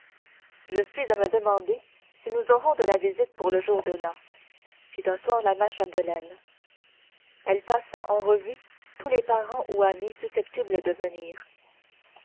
je suis à me demander si nous aurons de la visite pour le jour de l'an fit un soir la mère chapdelaine elle passa en revue tous les parents ou amis susceptibles de venir